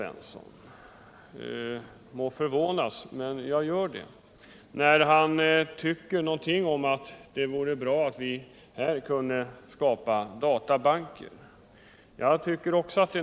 Det kan verka förvånande, men jag håller med Sten Svensson när han säger att vi kunde skapa databanker här i Sverige.